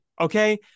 Okay